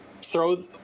throw